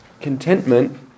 Contentment